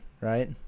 right